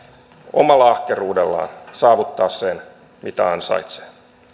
omalla ahkeruudellaan saavuttaa sen mitä ansaitsee